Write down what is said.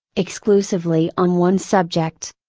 exclusively on one subject.